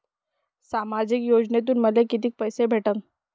सामाजिक योजनेतून मले कितीक पैसे भेटन?